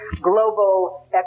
global